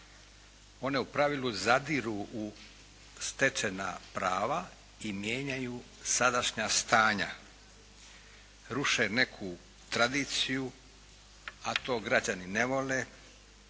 One u pravilu zadiru u stečena prava i mijenjaju sadašnja stanja, ruše neku tradiciju, a to građani ne vole